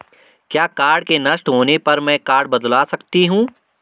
क्या कार्ड के नष्ट होने पर में कार्ड बदलवा सकती हूँ?